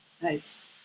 Nice